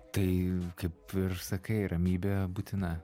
tai kaip ir sakai ramybė būtina